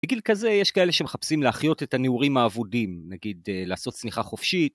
בגיל כזה יש כאלה שמחפשים להחיות את הנעורים העבודים, נגיד, לעשות צניחה חופשית.